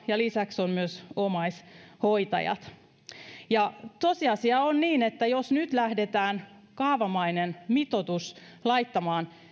ja lisäksi ovat myös omaishoitajat tosiasia on että jos nyt lähdetään kaavamainen mitoitus laittamaan